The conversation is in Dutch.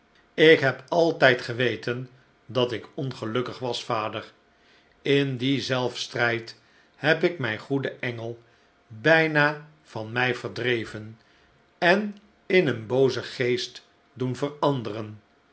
ik heb altijd geweten dat ik ongelukkig was vader in dien zelfstrijd heb ik mijn goeden enge bijna van mij verdreven en in een boozen geest doen veranderen